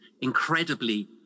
incredibly